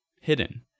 hidden